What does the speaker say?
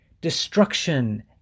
destruction